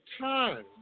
time